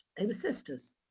they were sisters.